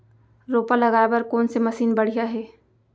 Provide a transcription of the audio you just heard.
रोपा लगाए बर कोन से मशीन बढ़िया हे?